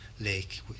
lake